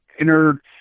inner